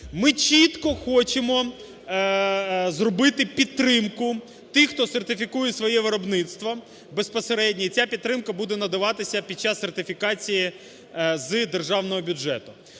Ми чітко хочемо зробити підтримку тих, хто сертифікує своє виробництво безпосередньо, і ця підтримка буде надаватися під час сертифікації з Державного бюджету.